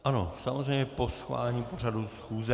Ano, samozřejmě po schválení pořadu schůze.